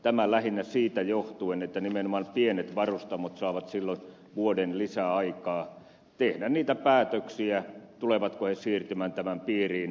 tämä lähinnä siitä johtuen että nimenomaan pienet varustamot saavat silloin vuoden lisäaikaa tehdä niitä päätöksiä tulevatko ne siirtymään tämän piiriin